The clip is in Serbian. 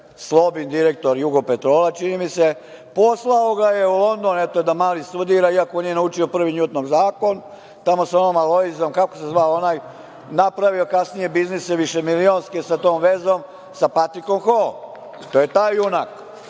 Slobin direktor Jugopetrola, čini mi se, poslao ga je u London, eto da mali studira, iako nije naučio Prvi NJutnov zakon, tamo sa onom Alojzom, kako se zvao onaj, napravio kasnije biznise višemilijonske sa tom vezom, sa Patrikom Hoom. To je taj junak.I